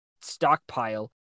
stockpile